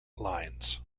lines